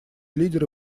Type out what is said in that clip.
лидеры